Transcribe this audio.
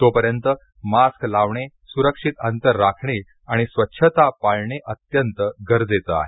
तोपर्यंत मास्क लावणे सुरक्षित अंतर राखणे आणि स्वच्छता पाळणे अत्यंत गरजेचे आहे